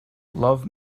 love